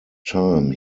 time